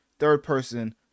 third-person